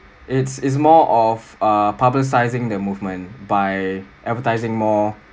it's it's more of uh publicizing their movement by advertising more